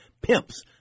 pimps